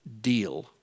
deal